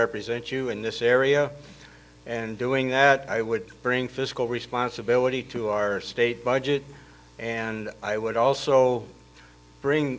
represent you in this area and doing that i would bring fiscal responsibility to our state budget and i would also bring